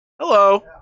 Hello